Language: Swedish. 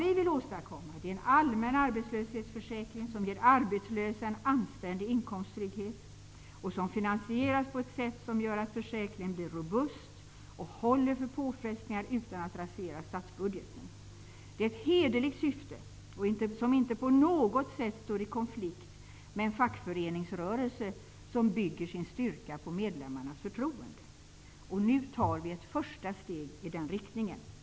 Vi vill åstadkomma en allmän arbetslöshetsförsäkring som ger arbetslösa en anständig inkomsttrygghet och som finansieras på ett sätt som gör att försäkringen blir robust och håller för påfrestningar utan att rasera statsbudgeten. Det är ett hederligt syfte, som inte på något sätt står i konflikt med en fackföreningsrörelse som bygger sin styrka på medlemmarnas förtroende. Nu tar vi ett första steg i den riktningen.